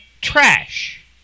trash